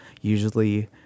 Usually